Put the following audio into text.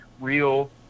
real